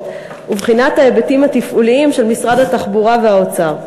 ולבחון את ההיבטים התפעוליים של משרד התחבורה ומשרד האוצר,